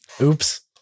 oops